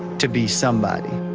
to be somebody.